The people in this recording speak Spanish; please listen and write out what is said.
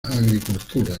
agricultura